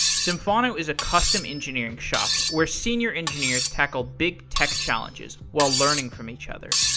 symphono is a custom engineering shop where senior engineers tackle big tech challenges while learning from each other.